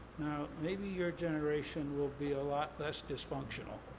now, maybe your generation will be a lot less dysfunctional,